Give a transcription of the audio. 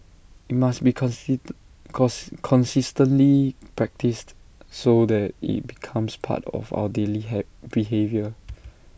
IT must be consistently practised so that IT becomes part of our daily behaviour